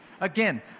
Again